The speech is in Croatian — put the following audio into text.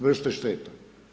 Vrste šteta.